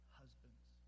husbands